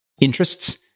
interests